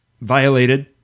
violated